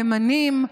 ימניים.